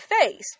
face